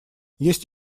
есть